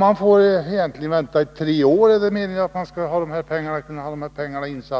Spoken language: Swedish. Det är meningen att man får ha medlen innestående i tre år innan man måste